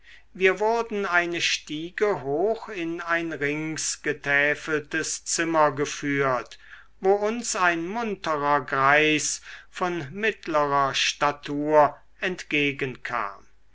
wir wurden eine stiege hoch in ein ringsgetäfeltes zimmer geführt wo uns ein munterer greis von mittlerer statur entgegen